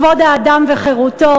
כבוד האדם וחירותו.